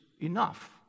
enough